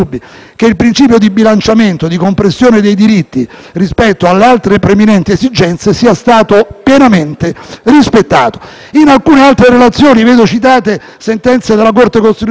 pienamente rispettato. In alcune altre relazioni vedo citate sentenze della Corte costituzionale che riguardano l'articolo 68 della Costituzione. Ho visto giuristi illustrissimi confondere